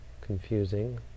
confusing